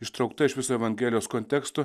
ištraukta iš viso evangelijos konteksto